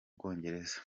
bwongereza